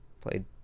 played